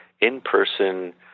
in-person